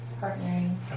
partnering